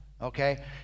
okay